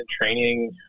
training